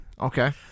Okay